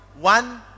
one